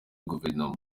guverinoma